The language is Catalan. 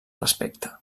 respecte